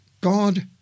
God